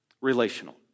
relational